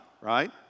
right